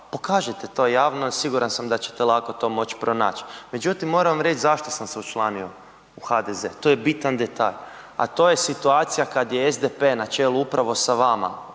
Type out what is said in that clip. pokažite to javno i siguran sam da ćete to lako moći pronaći. Međutim, moram vam reći zašto sam se učlanio u HDZ, to je bitan detalj, a to je situacija kad je SDP na čelu upravo sa vama